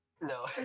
No